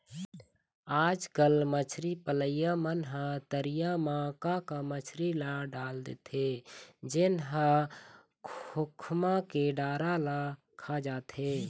आजकल मछरी पलइया मन ह तरिया म का का मछरी ल डाल देथे जेन ह खोखमा के डारा ल खा जाथे